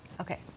okay